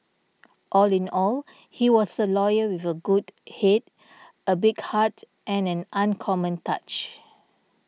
all in all he was a lawyer with a good head a big heart and an uncommon touch